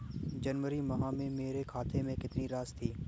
जनवरी माह में मेरे खाते में कितनी राशि थी?